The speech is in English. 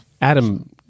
Adam